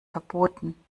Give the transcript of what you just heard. verboten